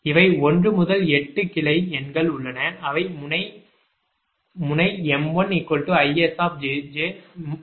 இவை 1 முதல் 8 கிளை எண்கள் உள்ளன அவை முனை முனை m1ISjj m2IR ஐ 1 முதல் 2 2 முதல் 3 3 முதல் 4 4 முதல் 5 5 வரை பார்த்தோம்